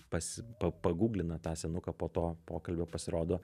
pas pa pagūglina tą senuką po to pokalbio pasirodo